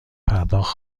پرداخت